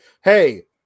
hey